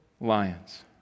lions